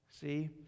See